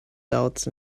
doubts